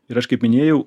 ir aš kaip minėjau